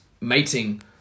Mating